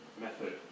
method